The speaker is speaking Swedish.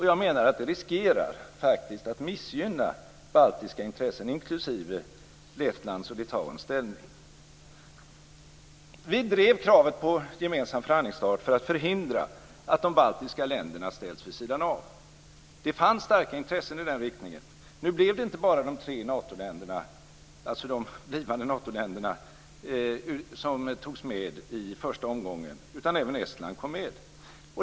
Jag menar att det riskerar att missgynna baltiska intressen, inklusive Lettlands och Litauens ställning. Vi drev kravet på en gemensam förhandlingsstart för att förhindra att de baltiska länderna ställs vid sidan av. Det fanns starka intressen i den riktningen. Nu blev det inte bara de tre blivande Natoländerna som togs med i första omgången, utan även Estland kom med.